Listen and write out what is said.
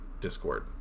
discord